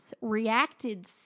reacted